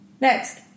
Next